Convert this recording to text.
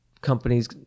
companies